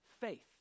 faith